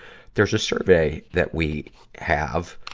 there's a survey that we have,